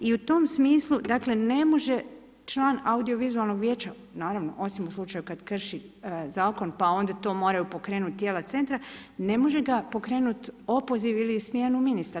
I u tom smislu dakle ne može član audiovizualnog vijeća, naravno osim u slučaju kada krši zakon pa onda to moraju pokrenuti tijela centra ne može ga pokrenuti opoziv ili smjenu ministar.